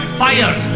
fire